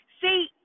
See